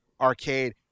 arcade